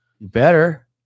better